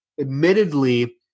admittedly